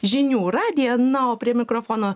žinių radiją na o prie mikrofono